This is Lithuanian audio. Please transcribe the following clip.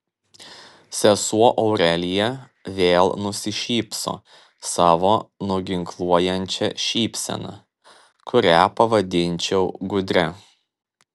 sesuo aurelija vėl nusišypso savo nuginkluojančia šypsena kurią pavadinčiau gudria